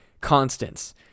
constants